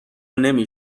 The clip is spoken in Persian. نمی